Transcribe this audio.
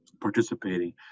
participating